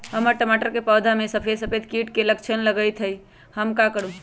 हमर टमाटर के पौधा में सफेद सफेद कीट के लक्षण लगई थई हम का करू?